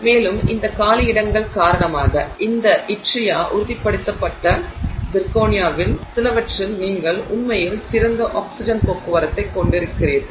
மேலும் இந்த காலியிடங்கள் காரணமாக இந்த யட்ரியா உறுதிப்படுத்தப்பட்ட சிர்கோனியாவில் சிலவற்றில் நீங்கள் உண்மையில் சிறந்த ஆக்சிஜன் போக்குவரத்தைக் கொண்டிருக்கிறீர்கள்